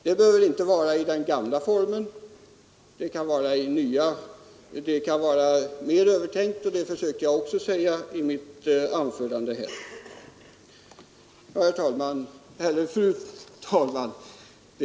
Det behöver inte vara i den gamla formen utan det kan ske i en ny och mera genomtänkt form. Detta försökte jag också säga i mitt tidigare anförande.